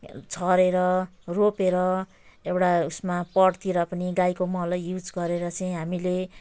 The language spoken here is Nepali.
छरेर रोपेर एउटा उसमा पटतिर पनि गाईको मलै युज गरेर चाहिँ हामीले